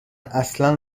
اصلا